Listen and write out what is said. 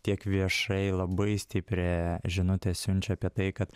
tiek viešai labai stiprią žinutę siunčia apie tai kad